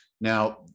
now